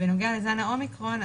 בנוגע לזן האומיקרון,